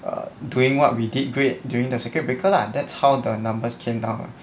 err doing what we did great during the circuit breaker lah that's how the numbers came down [what]